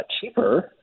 cheaper